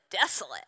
desolate